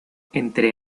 entre